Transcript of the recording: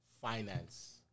finance